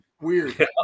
Weird